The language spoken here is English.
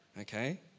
okay